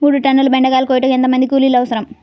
మూడు టన్నుల బెండకాయలు కోయుటకు ఎంత మంది కూలీలు అవసరం?